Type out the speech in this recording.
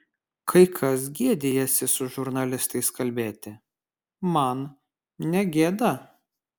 kai kas gėdijasi su žurnalistais kalbėti man negėda